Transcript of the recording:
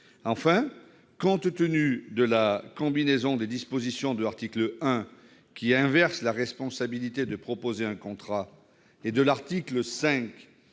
Enfin, compte tenu de la combinaison des dispositions de l'article 1, qui inverse la responsabilité de proposer un contrat, et de l'article 5,